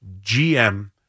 GM